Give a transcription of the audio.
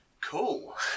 Cool